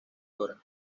dra